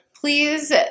Please